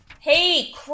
Hey